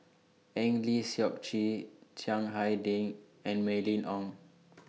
Eng Lee Seok Chee Chiang Hai Ding and Mylene Ong